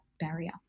barrier